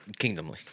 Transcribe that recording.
kingdomly